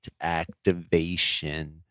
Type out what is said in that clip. activation